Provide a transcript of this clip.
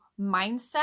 mindset